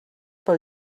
pel